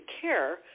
care